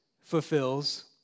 fulfills